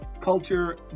culture